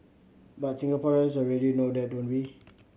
but Singaporeans already know that don't we